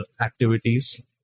activities